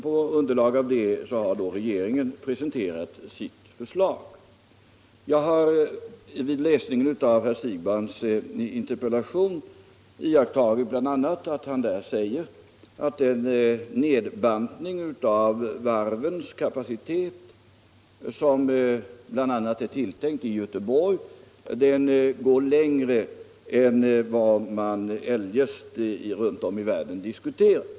På detta underlag har regeringen sedan presenterat sitt förslag. Herr Siegbahn säger i sin interpellation att den nedbantning av varvens kapacitet som planeras bl.a. i Göteborg går längre än vad man eljest runt om i världen diskuterar.